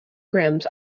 grams